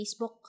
Facebook